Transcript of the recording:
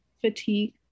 fatigue